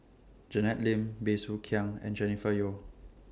Janet Lim Bey Soo Khiang and Jennifer Yeo